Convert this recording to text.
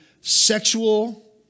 sexual